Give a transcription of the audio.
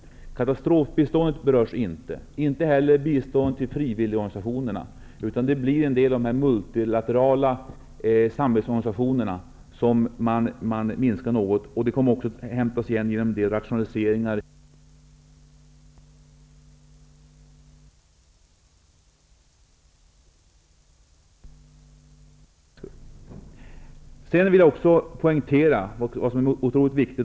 Varken katastrofbiståndet eller biståndet till frivilligorganisationerna berörs. Det blir några av de multilaterala samarbetsorganisationerna som får något minskade bidrag, men det kommer att kompenseras genom rationaliseringar i förvaltningen här i Sverige.